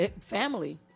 Family